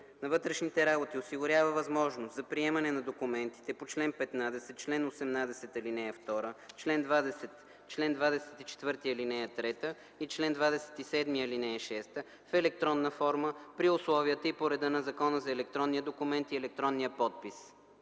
на вътрешните работи осигурява възможност за приемане на документите по чл. 15, чл. 18, ал. 2, чл. 20, чл. 24, ал. 3 и чл. 27, ал. 6 в електронна форма при условията и по реда на Закона за електронния документ и електронния подпис.”